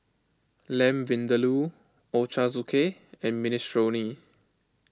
Lamb Vindaloo Ochazuke and Minestrone